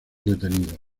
detenidos